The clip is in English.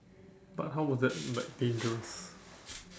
but how is that like dangerous